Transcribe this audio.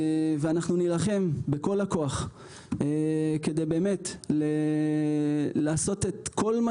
אנחנו נילחם בכל הכוח כדי לעשות את כל מה